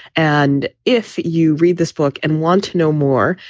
and if you read this book and want to know more,